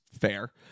fair